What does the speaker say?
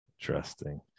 Interesting